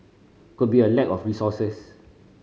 could be a lack of resources